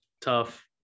tough